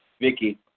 Vicky